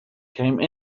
came